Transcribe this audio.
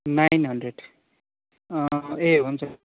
nine hundred ए हुन्छ